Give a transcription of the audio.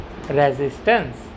resistance